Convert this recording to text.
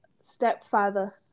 stepfather